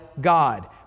God